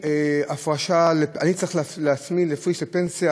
אני צריך להפריש לעצמי לפנסיה,